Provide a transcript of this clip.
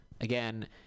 Again